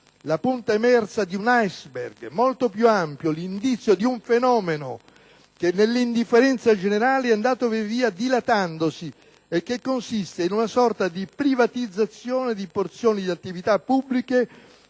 la punta emersa di un *iceberg* molto più ampio, l'indizio di un fenomeno che, nell'indifferenza generale, è andato via via dilatandosi e che consiste in una sorta di "privatizzazione" di porzioni dì attività pubbliche